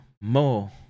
more